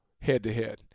head-to-head